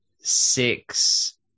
six